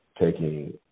taking